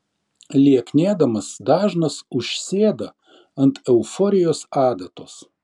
lieknėdamas dažnas užsėda ant euforijos adatos